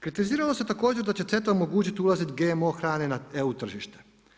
Kritiziralo se također da će CETA omogućiti uvoz GMO hrane na EU tržište.